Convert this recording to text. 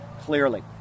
clearly